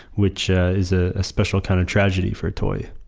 which ah is ah a special kind of tragedy for a toy